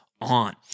on